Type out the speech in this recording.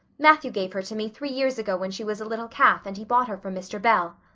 matthew gave her to me three years ago when she was a little calf and he bought her from mr. bell.